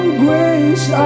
grace